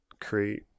create